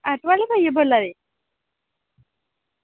auto आह्ले भैया बोला दे